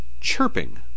chirping